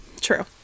True